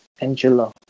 Angelo